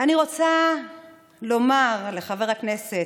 אני רוצה לומר לחבר הכנסת,